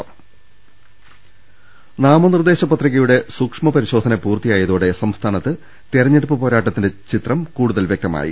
രുട്ടിട്ട്ട്ട്ട്ട്ട്ട നാമനിർദ്ദേശ പത്രികയുടെ സൂക്ഷ്മപരിശോധന പൂർത്തിയായതോടെ സംസ്ഥാനത്ത് തെരഞ്ഞെടുപ്പ് പോരാട്ടത്തിന്റെ ചിത്രം കൂടുതൽ വ്യക്തമാ യി